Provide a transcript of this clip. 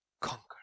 Conquer